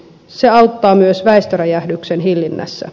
se auttaa myös väestöräjähdyksen hillinnässä